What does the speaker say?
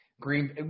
Green –